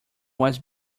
was